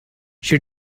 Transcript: she